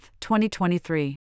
2023